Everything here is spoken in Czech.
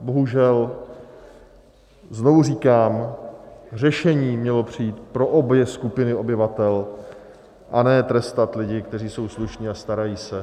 Bohužel, znovu říkám, řešení mělo přijít pro obě skupiny obyvatel, a ne trestat lidi, kteří jsou slušní a starají se.